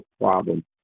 problem